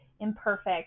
imperfect